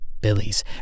Billy's